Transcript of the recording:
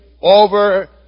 over